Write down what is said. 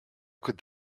could